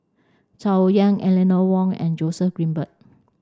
Tsung Yeh Eleanor Wong and Joseph Grimberg